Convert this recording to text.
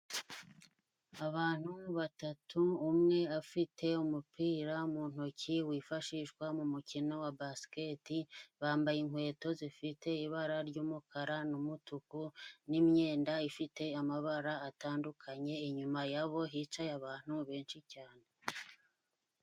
Abantu batatu umwe afite umupira mu ntoki wifashishwa mu mukino wa basiketi, bambaye inkweto zifite ibara ry'umukara n'umutuku n'imyenda ifite amabara atandukanye, inyuma yabo hicaye abantu benshi cyane.